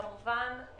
כמובן,